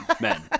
men